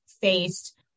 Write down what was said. faced